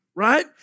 Right